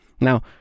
Now